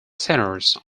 centres